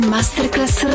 Masterclass